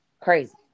crazy